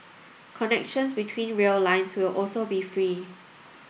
connections between rail lines will also be free